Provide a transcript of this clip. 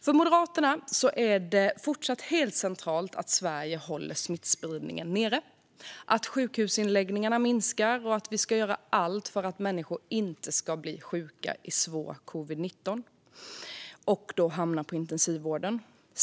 För Moderaterna är det fortsatt helt centralt att Sverige håller smittspridningen nere, att sjukhusinläggningarna minskar och att vi gör allt för att människor inte ska bli svårt sjuka i covid-19 och därmed hamna i intensivvården.